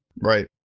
Right